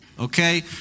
Okay